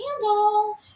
candle